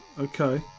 Okay